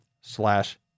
slash